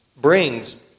brings